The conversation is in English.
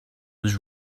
was